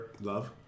Love